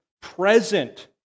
present